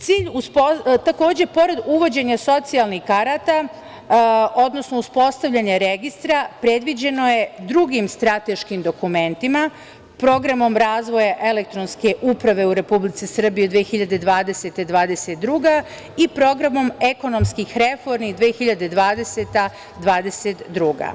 Takođe, pored uvođenja socijalnih karata, odnosno uspostavljanja registra, predviđeno je drugim strateškim dokumentima, programom razvoja elektronske uprave u Republici Srbiji 2020-2022. i programom ekonomskih reformi 2020-2022.